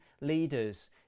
leaders